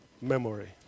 memory